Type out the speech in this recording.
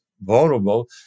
vulnerable